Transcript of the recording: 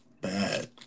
Bad